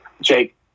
Jake